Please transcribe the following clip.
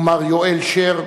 ומר יואל שר,